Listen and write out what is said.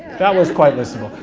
that was quite listenable.